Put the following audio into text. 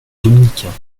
dominicains